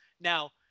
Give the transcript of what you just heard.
Now